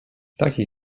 takiej